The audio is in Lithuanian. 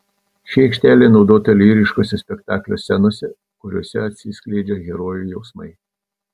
ši aikštelė naudota lyriškose spektaklio scenose kuriose atsiskleidžia herojų jausmai